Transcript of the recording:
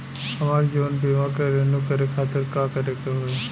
हमार जीवन बीमा के रिन्यू करे खातिर का करे के होई?